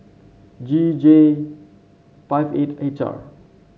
G J five eight H R